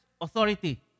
authority